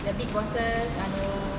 the big bosses anuh